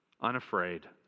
unafraid